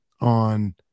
on